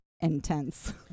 intense